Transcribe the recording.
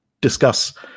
discuss